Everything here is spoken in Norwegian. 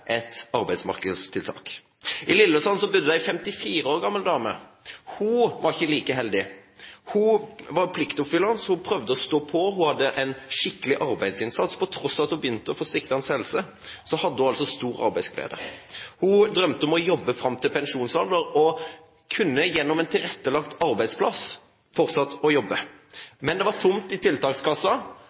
et arbeidsmarkedstiltak. I Lillesand bor det en 54 år gammel dame. Hun var ikke like heldig. Hun var pliktoppfyllende. Hun prøvde å stå på. Hun hadde en skikkelig arbeidsinnsats. På tross av at hun begynte å få sviktende helse, hadde hun stor arbeidsglede. Hun drømte om å jobbe fram til pensjonsalder og kunne gjennom en tilrettelagt arbeidsplass fortsatt å jobbe. Men det var tomt i